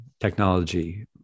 technology